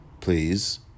please